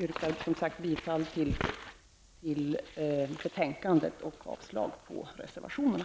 yrkar som sagt bifall till utskottets hemställan och avslag på reservationerna.